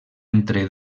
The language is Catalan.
entre